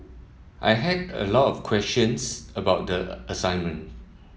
I had a lot of questions about the assignment